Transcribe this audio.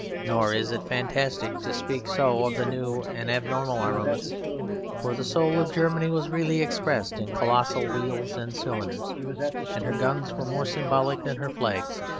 nor is it fantastic to speak so of the new and abnormal armaments for the soul of germany was really expressed in colossal wheels and cylinders and her guns were more symbolic than her flags.